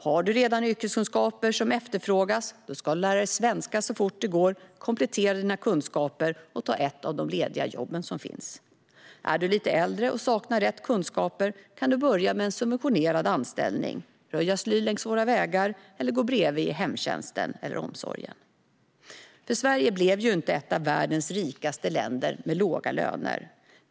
Har du redan yrkeskunskaper som efterfrågas ska du lära dig svenska så fort det går, komplettera dina kunskaper och ta ett av lediga jobb som finns. Är du lite äldre och saknar rätt kunskaper kan du börja med en subventionerad anställning, röja sly längs vägarna eller gå bredvid i hemtjänsten eller i omsorgen. Sverige blev ju inte ett av världens rikaste länder med låga löner.